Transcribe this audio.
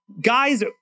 guys